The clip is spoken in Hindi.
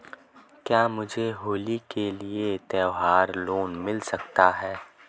क्या मुझे होली के लिए त्यौहार लोंन मिल सकता है?